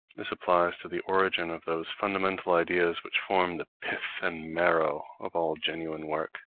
this applies to the origin of those fundamental ideas which form the pith and marrow of all genuine work.